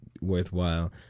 worthwhile